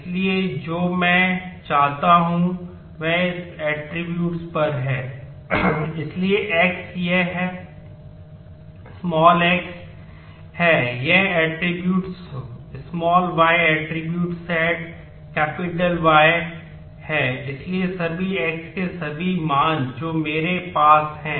इसलिए जो मैं चाहता हूं वह इस ऐट्रिब्यूट्स r में है